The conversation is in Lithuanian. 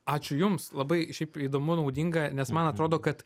ačiū jums labai šiaip įdomu naudinga nes man atrodo kad